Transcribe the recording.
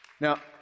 Now